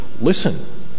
Listen